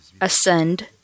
ascend